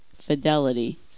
fidelity